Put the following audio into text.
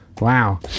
Wow